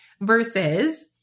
versus